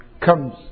comes